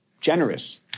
generous